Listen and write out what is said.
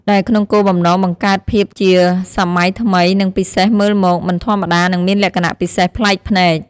ដែលក្នុងគោលបំណងបង្កើតភាពជាសម័យថ្មី និងពិសេសមើលមកមិនធម្មតានិងមានលក្ខណៈពិសេសប្លែកភ្នែក។